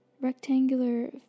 rectangular